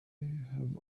have